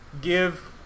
give